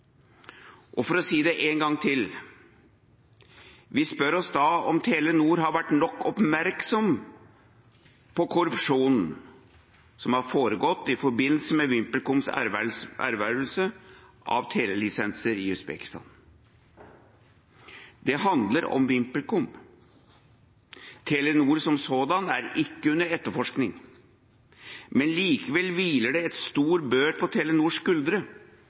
For å si det én gang til: Vi spør oss om Telenor har vært nok oppmerksom på korrupsjon som har foregått i forbindelse med VimpelComs ervervelse av telelisenser i Usbekistan. Det handler om VimpelCom. Telenor som sådan er ikke under etterforskning, men likevel hviler det en stor bør på Telenors